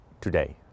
today